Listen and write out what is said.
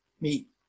meet